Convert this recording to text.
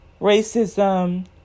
racism